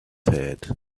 had